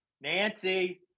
Nancy